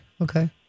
Okay